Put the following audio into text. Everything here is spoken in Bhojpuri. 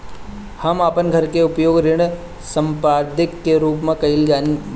हम अपन घर के उपयोग ऋण संपार्श्विक के रूप में कईले बानी